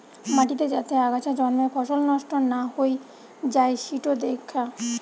মাটিতে যাতে আগাছা জন্মে ফসল নষ্ট না হৈ যাই সিটো দ্যাখা